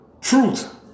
Truth